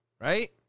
right